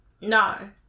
No